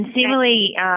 similarly